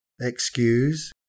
excuse